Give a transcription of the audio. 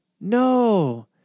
No